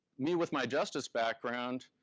me with my justice background,